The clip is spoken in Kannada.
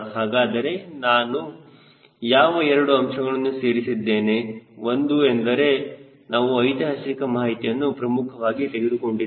ಹಾಗಾದರೆ ನಾನು ಯಾವ 2 ಅಂಶಗಳನ್ನು ಸೇರಿಸಿದ್ದೇನೆ ಒಂದು ಎಂದರೆ ನಾವು ಐತಿಹಾಸಿಕ ಮಾಹಿತಿಯನ್ನು ಪ್ರಮುಖವಾಗಿ ತೆಗೆದುಕೊಂಡಿದ್ದೇವೆ